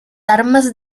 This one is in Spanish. armas